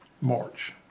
March